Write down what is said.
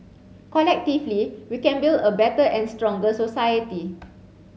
collectively we can build a better and stronger society